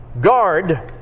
Guard